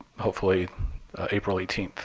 hopefully april eighteen,